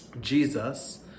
Jesus